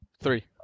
Three